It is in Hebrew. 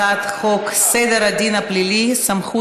הצעת חוק סדר הדין הפלילי (סמכות